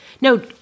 No